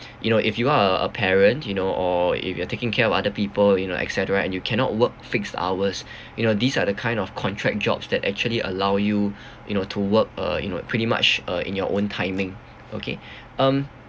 you know if you are a a parent you know or if you are taking care of other people you know et cetera and you cannot work fixed hours you know these are the kind of contract jobs that actually allow you you know to work uh you know pretty much uh in your own timing okay um